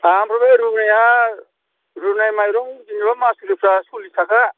ओमफ्राय बे रुनाया रुनाय माइरं बे मासुरिफोरा सल्लिस थाखा